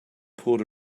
poured